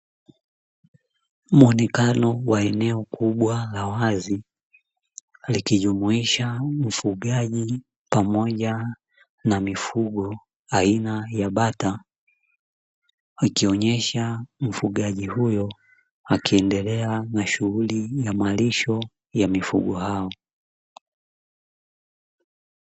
Muonekano wa eneo kubwa la wazi likijumuisha ufugaji pamoja na mifugo aina ya bata, likionyesha mfugaji huyo akiendelea na shughuli ya malisho ya mifugo hao.